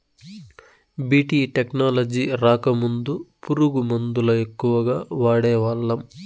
BT technology రాకముందు పురుగు మందుల ఎక్కువగా వాడేవాళ్ళం